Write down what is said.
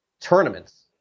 tournaments